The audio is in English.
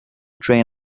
train